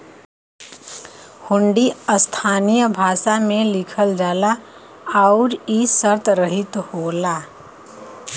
हुंडी स्थानीय भाषा में लिखल जाला आउर इ शर्तरहित होला